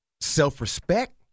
self-respect